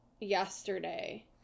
yesterday